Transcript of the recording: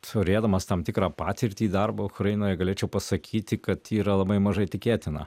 turėdamas tam tikrą patirtį darbo ukrainoje galėčiau pasakyti kad yra labai mažai tikėtina